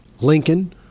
Lincoln